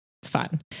fun